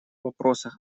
вопросах